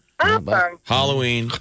Halloween